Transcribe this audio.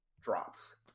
drops